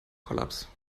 kollaps